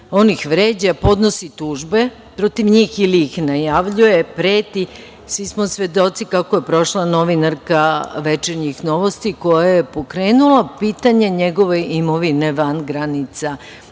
i ih vređa, podnosi tužbe protiv njih ili ih najavljuje, preti. Svi smo svedoci kako je prošla novinarka „Večernjih novosti“ koja je pokrenula pitanje njegove imovine van granica